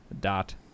dot